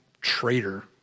traitor